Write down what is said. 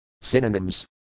Synonyms